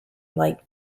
light